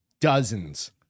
dozens